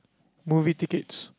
movie tickets